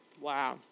Wow